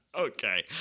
Okay